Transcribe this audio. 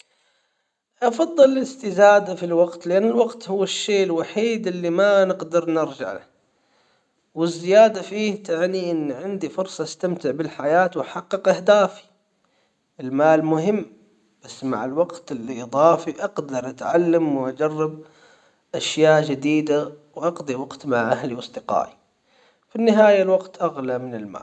افضل الاستزادة في الوقت لان الوقت هو الشيء الوحيد اللي ما نقدر نرجع له. والزيادة فيه تعني ان عندي فرصة استمتع بالحياة واحقق اهدافي. ا لمال مهم بس مع الوقت الاضافي اقدر اتعلم واجرب اشياء جديدة واقضي وقت مع اهلي واصدقائي. في النهاية الوقت اغلى من المال